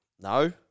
No